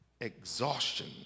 exhaustion